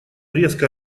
резко